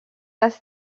las